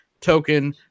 token